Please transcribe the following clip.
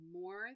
more